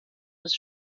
was